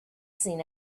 seen